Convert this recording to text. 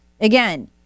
Again